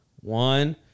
one